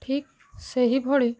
ଠିକ ସେଇଭଳି